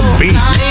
beat